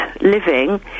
living